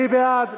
מי בעד?